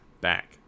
back